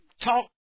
talk